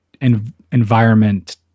environment